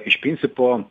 iš principo